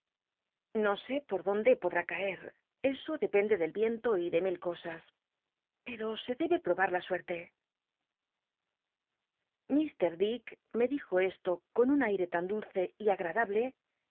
no sé donde podr i caer eso depende del yiento y de mil cosas pero se debe probar la sllelte m dick me dijo esto con un ailc tan dulce y agadablc